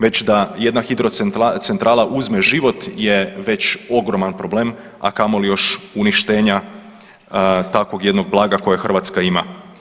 Već da jedna hidrocentrala uzme život je već ogroman problem, a kamoli još uništenja takvog jednog blaga koje Hrvatska ima.